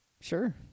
sure